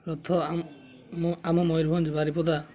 ରଥ ଆମ ମୟୂରଭଞ୍ଜ ବାରିପଦା